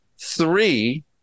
three